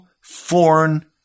foreign